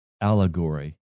allegory